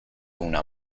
una